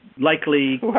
likely